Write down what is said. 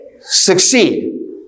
succeed